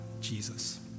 Jesus